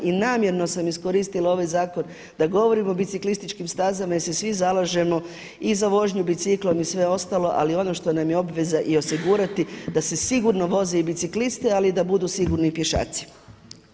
I namjerno sam iskoristila ovaj zakon da govorimo o biciklističkim stazama jer se svi zalažemo i za vožnju biciklom i sve ostalo ali ono što nam je obveza i osigurati da se sigurno voze i biciklisti ali da budu sigurni i pješaci.